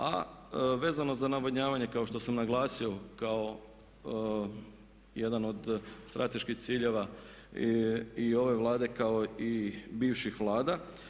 A vezano za navodnjavanje kao što sam naglasio kao jedan od strateških ciljeva i ove Vlade kao i bivših vlada.